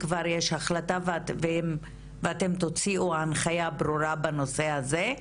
כבר יש החלטה ואתם תוציאו הנחייה ברורה בנושא הזה,